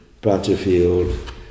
Butterfield